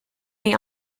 may